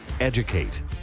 educate